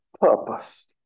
purpose